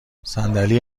صندلی